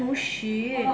不是